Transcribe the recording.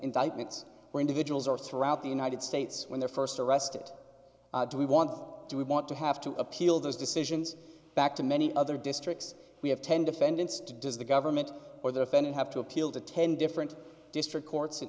indictments or individuals or throughout the united states when they're first arrested do we want do we want to have to appeal those decisions back to many other districts we have ten defendants does the government or the defendant have to appeal to ten different district courts